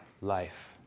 life